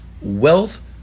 wealth